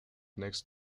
next